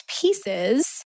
pieces